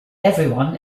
everyone